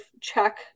check